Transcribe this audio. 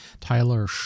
Tyler